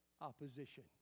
opposition